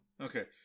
okay